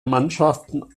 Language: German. mannschaften